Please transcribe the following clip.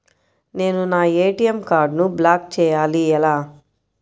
నేను నా ఏ.టీ.ఎం కార్డ్ను బ్లాక్ చేయాలి ఎలా?